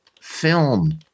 film